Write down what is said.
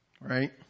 Right